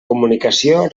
comunicació